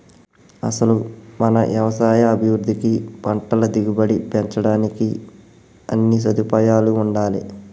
అసలు మన యవసాయ అభివృద్ధికి పంటల దిగుబడి పెంచడానికి అన్నీ సదుపాయాలూ ఉండాలే